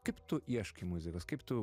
kaip tu ieškai muzikos kaip tu